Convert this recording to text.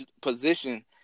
position